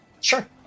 Sure